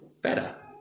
better